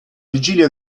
vigilia